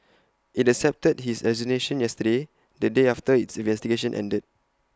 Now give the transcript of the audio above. IT accepted his resignation yesterday the day after its investigation ended